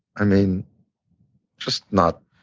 i mean just not